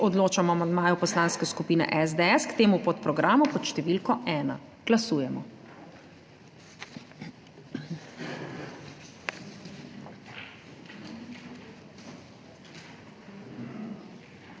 Odločamo o amandmaju Poslanske skupine SDS k temu podprogramu pod številko 1. Glasujemo.